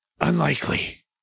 Unlikely